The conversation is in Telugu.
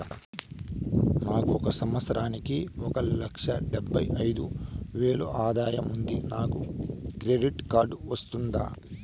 నాకు ఒక సంవత్సరానికి ఒక లక్ష డెబ్బై అయిదు వేలు ఆదాయం ఉంది నాకు క్రెడిట్ కార్డు వస్తుందా?